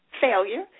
failure